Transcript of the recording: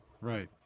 Right